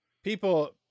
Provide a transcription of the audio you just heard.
People